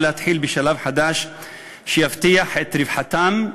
ולהתחיל בשלב חדש שיבטיח את רווחתם,